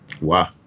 Wow